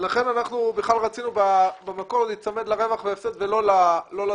לכן אנחנו בכלל רציני במקור להיצמד לרווח והפסד ולא לתזרים.